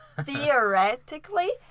Theoretically